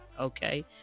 okay